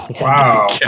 Wow